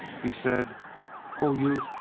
he said o youth!